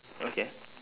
okay